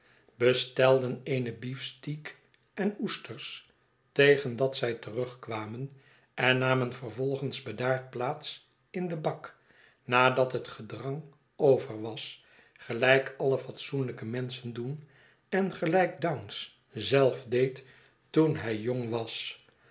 bestelden eene beefsteak en oesters tegen dat zij terugkwamen en namen vervolgens bedaard plaats in den bak nadat het gedrang over was gelijk alle fatsoenlyke menschen doen en gelijk dounce zelf deed toen hij jong was